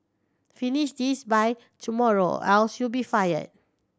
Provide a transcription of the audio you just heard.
finish this by tomorrow or else you'll be fired